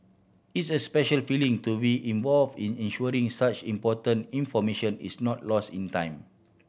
it's a special feeling to involved in ensuring such important information is not lost in time